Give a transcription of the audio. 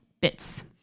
bits